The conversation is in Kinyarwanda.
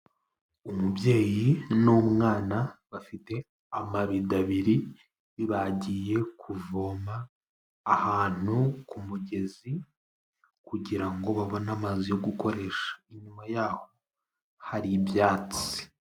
Umubyeyi n'umwana bafite amabido abiri bagiye kuvoma ahantu ku mugezi kugira ngo babone amazi yo gukoresha. Inyuma yaho hari ibyatsi.